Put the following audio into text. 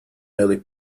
early